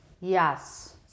Yes